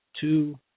Two